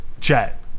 Chat